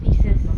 pieces